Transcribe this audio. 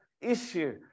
issue